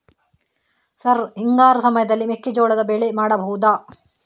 Sir ಹಿಂಗಾರು ಸಮಯದಲ್ಲಿ ಮೆಕ್ಕೆಜೋಳದ ಬೆಳೆ ಮಾಡಬಹುದಾ?